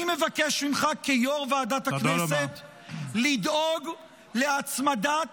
אני מבקש ממך כיו"ר ועדת הכנסת לדאוג להצמדת